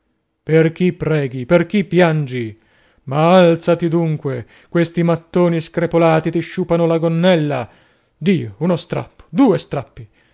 per chi preghi per chi piangi ma alzati dunque questi mattoni screpolati ti sciupano la gonnella dio uno strappo due strappi